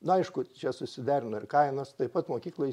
na aišku čia susiderino ir kainos taip pat mokykloj